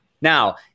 Now